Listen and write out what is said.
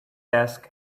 desk